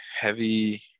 heavy